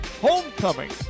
Homecoming